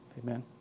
amen